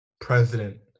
president